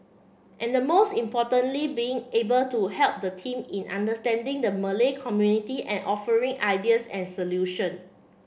and most importantly being able to help the team in understanding the Malay community and offering ideas and solution